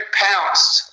pounced